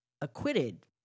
acquitted